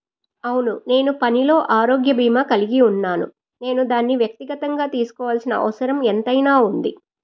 అవును నేను పనిలో ఆరోగ్య భీమా కలిగి ఉన్నాను నేను దాన్ని వ్యక్తిగతంగా తీసుకోవాల్సిన అవసరం ఎంతైనా ఉంది